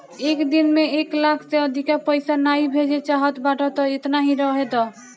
एक दिन में एक लाख से अधिका पईसा नाइ भेजे चाहत बाटअ तअ एतना ही रहे दअ